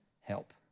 help